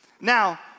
Now